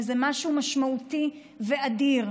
וזה משהו משמעותי ואדיר.